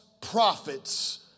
prophets